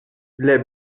les